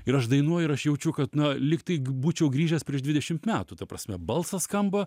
ir aš dainuoju ir aš jaučiu kad na lygtai būčiau grįžęs prieš dvidešim metų ta prasme balsas skamba